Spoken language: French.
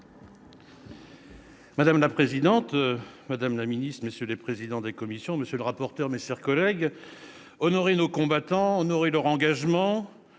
Madame la présidente, madame la secrétaire d'État, messieurs les présidents de commission, monsieur le rapporteur, mes chers collègues, honorer nos combattants, honorer leur engagement,